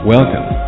Welcome